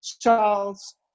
Charles